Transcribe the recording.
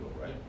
right